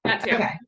Okay